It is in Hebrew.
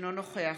אינו נוכח